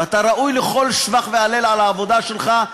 ואתה ראוי לכל שבח והלל על העבודה שלך,